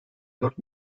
dört